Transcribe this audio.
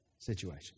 situation